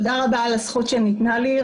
תודה רבה על הזכות שניתנה לי.